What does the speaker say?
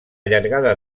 llargada